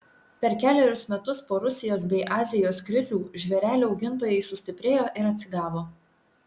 per kelerius metus po rusijos bei azijos krizių žvėrelių augintojai sustiprėjo ir atsigavo